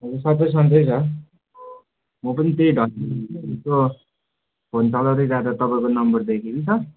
सबै सन्चै छ म पनि त्यहीँ फोन चलाउँदै जाँदा तपाईँको नम्बर देखेँ कि सर